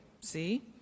see